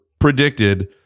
Predicted